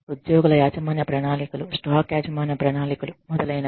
ఉద్యోగుల యాజమాన్య ప్రణాళికలు స్టాక్ యాజమాన్య ప్రణాళికలు మొదలైనవి